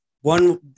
one